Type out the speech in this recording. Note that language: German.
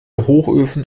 hochöfen